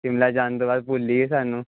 ਸ਼ਿਮਲਾ ਜਾਣ ਤੋਂ ਬਾਅਦ ਭੁੱਲ ਹੀ ਗਏ ਸਾਨੂੰ